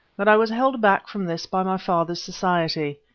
but i was held back from this by my father's society.